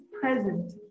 present